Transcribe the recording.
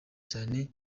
cyane